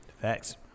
Facts